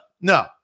No